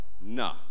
No